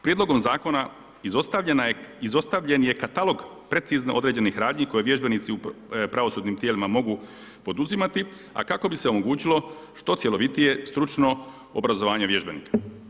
Prijedlogom zakona izostavljen je katalog precizno određenih radnji koje vježbenici u pravosudnim tijelima mogu poduzimati a kako bi se omogućilo što cjelovitije stručno obrazovanje vježbenika.